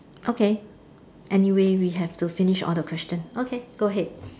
okay anyway we have to finish all the question okay go ahead